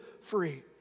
free